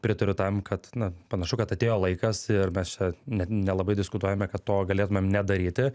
pritariu tam kad na panašu kad atėjo laikas ir mes čia net nelabai diskutuojame kad to galėtumėm nedaryti